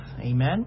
Amen